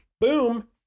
boom